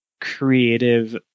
creative